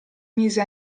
mise